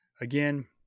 Again